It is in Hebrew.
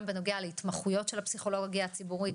וגם בנוגע להתמחויות של הפסיכולוגיה הציבורית,